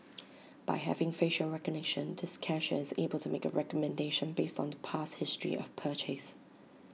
by having facial recognition this cashier is able to make A recommendation based on the past history of purchase